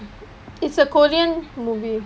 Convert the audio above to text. it's a korean movie